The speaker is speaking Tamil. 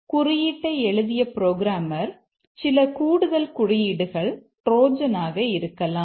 குறியீட்டை எழுதிய புரோகிராமர் எழுதிய சில கூடுதல் குறியீடுகள் ட்ரோஜன் ஆக இருக்கலாம்